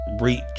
reach